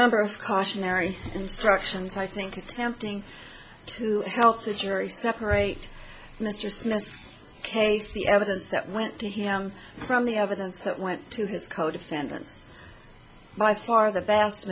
number of cautionary instructions i think it's tempting to help the jury separate mr smith case the evidence that went to him from the evidence that went to his co defendants by far the vast